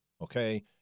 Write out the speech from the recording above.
Okay